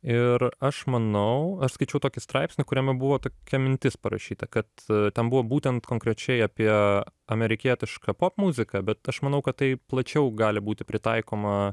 ir aš manau aš skaičiau tokį straipsnį kuriame buvo tokia mintis parašyta kad ten buvo būtent konkrečiai apie amerikietišką popmuziką bet aš manau kad tai plačiau gali būti pritaikoma